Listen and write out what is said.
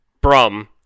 Brum